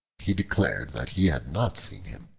he declared that he had not seen him,